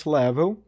level